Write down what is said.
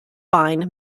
fine